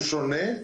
הוא שונה.